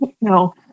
no